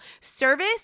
Service